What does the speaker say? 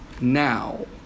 now